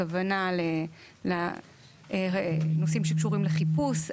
הכוונה לנושאים שקשורים לחיפוש.